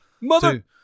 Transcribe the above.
Mother